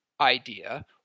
idea